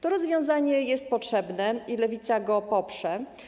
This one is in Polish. To rozwiązanie jest potrzebne i Lewica je poprze.